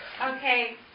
Okay